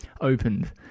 opened